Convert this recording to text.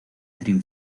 dream